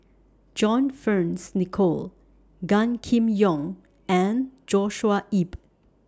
John Fearns Nicoll Gan Kim Yong and Joshua Ip